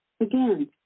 Again